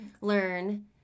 learn